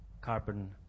carbon